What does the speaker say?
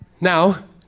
Now